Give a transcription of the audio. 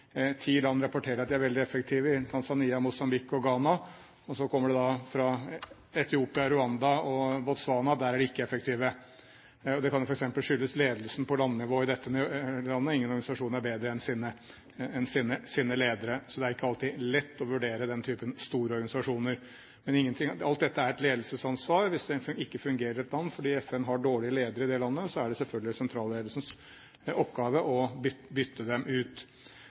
ti land rapporterer at de er veldig effektive i f.eks. Tanzania, Mosambik og Ghana, og så kommer det fra Etiopia, Rwanda og Botswana at de ikke er effektive der. Det kan f.eks. skyldes ledelsen på landnivå i disse landene. Ingen organisasjon er bedre enn sine ledere. Så det er ikke alltid lett å vurdere den typen store organisasjoner. Alt dette er et ledelsesansvar. Hvis ting ikke fungerer i et land fordi FN har dårlige ledere i landet, er det selvfølgelig sentralledelsens oppgave å bytte dem ut.